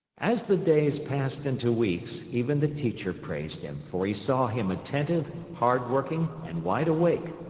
as the days passed into weeks, even the teacher praised him, for he saw him attentive, hard working, and wide awake,